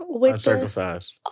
Uncircumcised